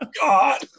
God